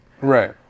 Right